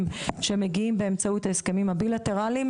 שמגיעים באמצעות ההסכמים הבילטרליים,